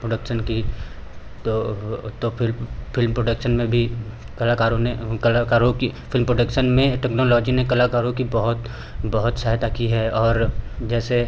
production की तो तो फिल्म फिल्म पोडक्सन में भी कलाकारों ने कलाकारों की फिल्म पोडक्सन में टेक्नोलॉजी ने कलाकारों की बहुत बहुत सहायता की है और जैसे